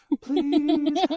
please